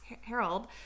harold